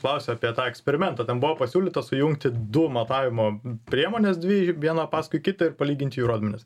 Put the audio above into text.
klausė apie tą eksperimentą ten buvo pasiūlyta sujungti du matavimo priemones dvi vieną paskui kitą ir palyginti jų rodmenis